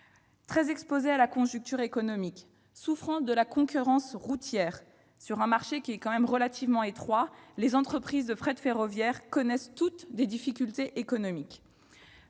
Très exposées à la conjoncture économique, souffrant de la concurrence routière sur un marché tout de même relativement étroit, les entreprises de fret ferroviaire connaissent toutes des difficultés économiques.